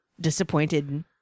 disappointed